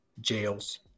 jails